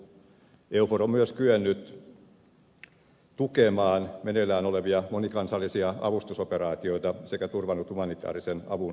eufor on myös kyennyt tukemaan meneillään olevia monikansallisia avustusoperaatioita sekä turvannut humanitäärisen avun perillemenon